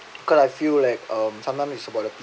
cause I feel like um sometime it's about the